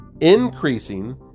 increasing